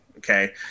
Okay